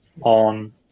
on